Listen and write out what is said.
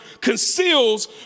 conceals